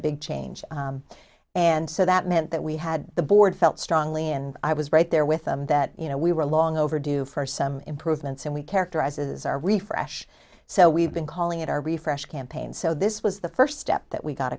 a big change and so that meant that we had the board felt strongly and i was right there with them that you know we were long overdue for some improvements and we characterizes our refresh so we've been calling it our refresh campaign so this was the first step that we got